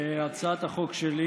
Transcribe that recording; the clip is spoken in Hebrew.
בהצעת החוק שלי